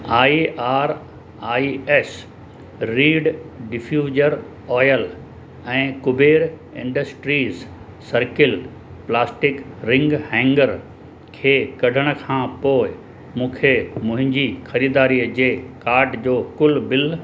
I R I S reed diffuser oil ऐं Kuber industries circle plastic ring hanger खे कढण खां पोइ मूंखे मुंहिंजी ख़रीदारीअ जे कार्ट जो कुल बिल